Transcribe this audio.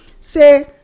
Say